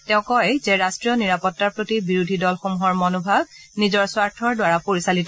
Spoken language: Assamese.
তেওঁ কয় যে ৰাষ্ট্ৰীয় নিৰাপত্তাৰ প্ৰতি বিৰোধী দলসমূহৰ মনোভাৱ নিজৰ স্বাৰ্থৰ দ্বাৰা পৰিচালিত